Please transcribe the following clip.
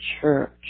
church